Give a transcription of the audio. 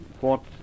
fought